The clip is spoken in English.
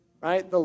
right